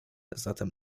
zatem